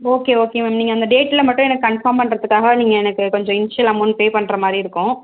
okay okay ma'am நீங்கள் அந்த டேட்டில் மட்டும் எனக்கு கன்ஃபார்ம் பண்ணுறதுக்காக நீங்கள் எனக்கு கொஞ்சம் இனிஷியல் அமௌண்ட் பே பண்ணுற மாதிரி இருக்கும்